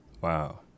wow